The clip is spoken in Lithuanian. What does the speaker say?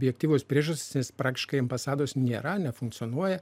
objektyvios priežastys nes praktiškai ambasados nėra nefunkcionuoja